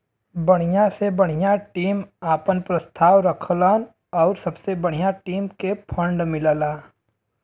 बढ़िया से बढ़िया टीम आपन प्रस्ताव रखलन आउर सबसे बढ़िया टीम के फ़ंड मिलला